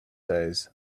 days